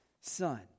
Son